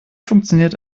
funktioniert